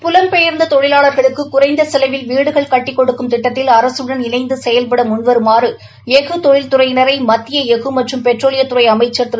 புலம் பெயர்ந்த தொழிலாளர்களுக்கு குறைந்த செலவில் வீடுகள் கட்டிக் கொடுக்கும் திட்டத்தில் அரசுடன் இணைந்து செயல்பட முன்வருமாறு எஃகு தொழில்துறையினரை மத்திய எஃகு மற்றும் பெட்ரோலியத்துறை அமைச்சர் திரு